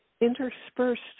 interspersed